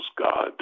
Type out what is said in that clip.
God